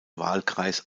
wahlkreis